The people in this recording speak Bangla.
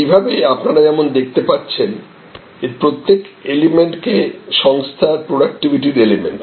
এভাবে আপনারা যেমন দেখতে পাচ্ছেন এর প্রত্যেক এলিমেন্টকে সংস্থার প্রডাক্টিভিটির এলিমেন্ট